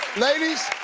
ladies!